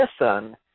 listen